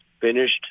finished